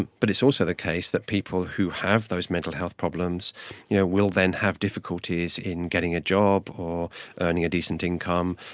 but it's also the case that people who have those mental health problems you know will then have difficulties in getting a job or earning a decent income,